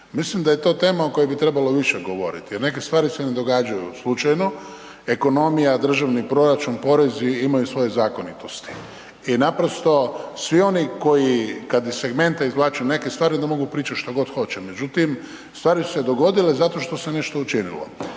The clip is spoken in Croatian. Mislim da je to tema o kojoj bi trebalo više govoriti jer neke stvari se ne događaju slučajno, ekonomija, državni proračun, porezi imaju svoje zakonitosti i naprosto svi oni koji kada iz segmenta izvlače neke stvari onda mogu pričat što god hoće međutim, stvari su se dogodile zato što se nešto učinilo